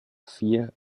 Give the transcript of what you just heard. vier